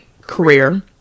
career